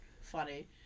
funny